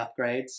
upgrades